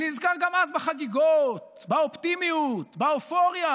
אני נזכר גם אז בחגיגות, באופטימיות, באופוריה,